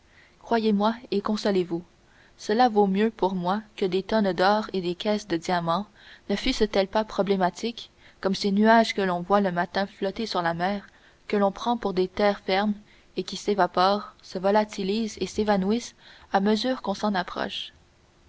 croyez-moi et consolez-vous cela vaut mieux pour moi que des tonnes d'or et des caisses de diamants ne fussent-elles pas problématiques comme ces nuages que l'on voit le matin flotter sur la mer que l'on prend pour des terres fermes et qui s'évaporent se volatilisent et s'évanouissent à mesure qu'on s'en approche